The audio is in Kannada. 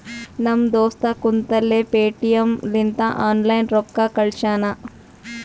ನಮ್ ದೋಸ್ತ ಕುಂತಲ್ಲೇ ಪೇಟಿಎಂ ಲಿಂತ ಆನ್ಲೈನ್ ರೊಕ್ಕಾ ಕಳ್ಶ್ಯಾನ